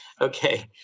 Okay